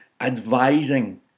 advising